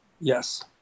Yes